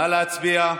נא להצביע.